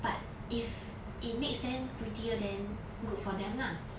but if it makes them prettier then good for them lah